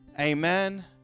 Amen